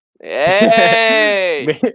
hey